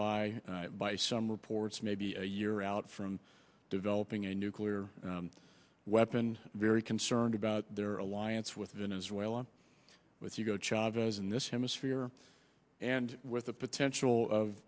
by by some reports maybe a year out from developing a nuclear weapon very concerned about their alliance with venezuela with hugo chavez in this hemisphere and with the potential of